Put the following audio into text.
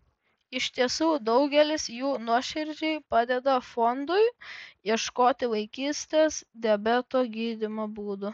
iš tiesų daugelis jų nuoširdžiai padeda fondui ieškoti vaikystės diabeto gydymo būdų